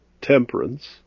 temperance